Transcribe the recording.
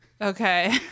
Okay